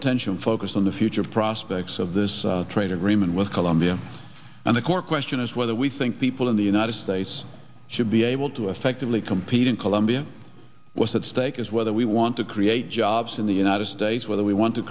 attention focused on the future prospects of this trade agreement with colombia and the core question is whether we think people in the united states should be able to effectively compete in colombia what's at stake is whether we want to create jobs in the united states whether we want to